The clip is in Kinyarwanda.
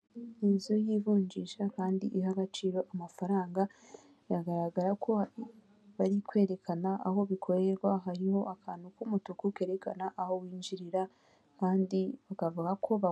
Umuhanda munini uri kunyurwamo n'imodoka ifite amabara y'ubururu n'umweru ndetse n'umukara hafi yayo hari ibiti byiganjemo imikindo idufasha